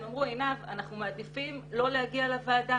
הם אמרו לי שהם מעדיפים לא להגיע לוועדה,